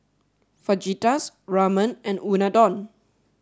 Fajitas Ramen and Unadon